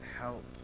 help